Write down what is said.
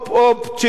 צ'יק-צ'ק,